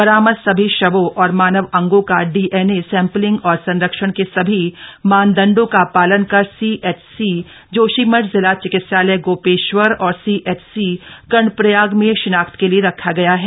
बरामद सभी शवों और मानव अंगों का डीएनए सैम्पलिंग और संरक्षण के सभी मानदंडों का पालन कर सीएचसी जोशीमठ जिला चिकित्सालय गोपेश्वर और सीएचसी कर्णप्रयाग में शिनाख्त के लिए रखा गया है